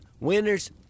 Winners